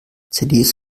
cds